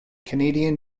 canadian